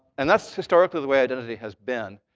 and that's, historically, the way identity has been.